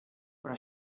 però